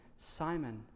Simon